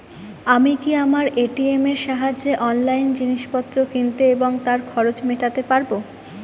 আমি কি আমার এ.টি.এম এর সাহায্যে অনলাইন জিনিসপত্র কিনতে এবং তার খরচ মেটাতে পারব?